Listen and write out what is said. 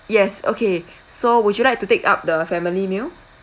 yes okay so would you like to take up the family meal